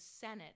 Senate